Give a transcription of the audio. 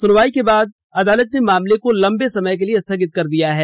सुनवाई के बाद अदालत ने मामले को लंबे समय के लिए स्थगित कर दिया है